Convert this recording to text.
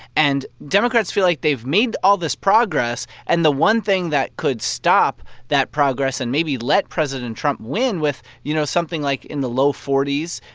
and democrats feel like they've made all this progress. and the one thing that could stop that progress and maybe let president trump win with, you know, something like in the low forty s,